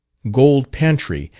gold pantry,